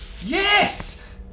Yes